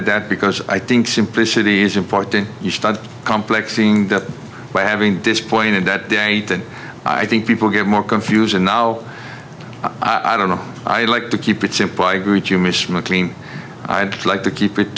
at that because i think simplicity is important you start complex by having disappointed that date and i think people get more confused and now i don't know i like to keep it simple i agree with you mr mclean i'd like to keep it